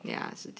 俩字